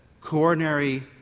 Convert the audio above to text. coronary